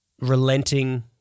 relenting